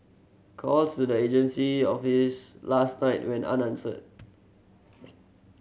calls to the agency office last night went unanswered